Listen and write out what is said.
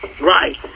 right